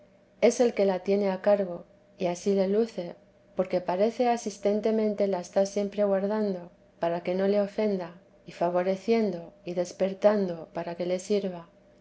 es el que la tiene a cargo y ansí le luce porque parece asistentemente la está siempre guardando para que no le ofenda y favoreciendo y despertando para que le sirva